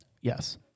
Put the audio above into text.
Yes